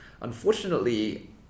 unfortunately